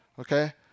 okay